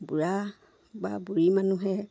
বুঢ়া বা বুঢ়ী মানুহে